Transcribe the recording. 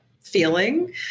feeling